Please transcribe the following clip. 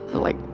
like,